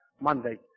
Monday